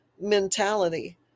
mentality